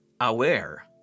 aware